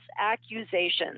accusations